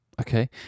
okay